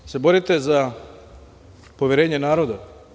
Da li se borite za poverenje naroda?